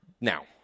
now